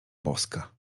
boska